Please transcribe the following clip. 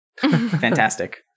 Fantastic